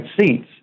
seats